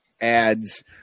ads